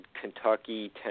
kentucky